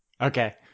okay